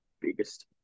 biggest